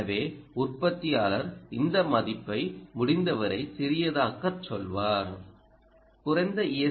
எனவே உற்பத்தியாளர் இந்த மதிப்பை முடிந்தவரை சிறியதாக்கச் சொல்வார் குறைந்த ஈ